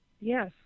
yes